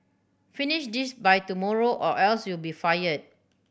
finish this by tomorrow or else you'll be fired